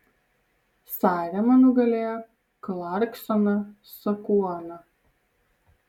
sarema nugalėjo klarksoną sakuoną